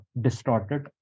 distorted